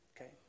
Okay